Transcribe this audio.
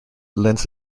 lends